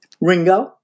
Ringo